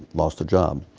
lost a job.